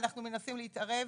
אנחנו מנסים להתערב.